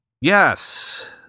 Yes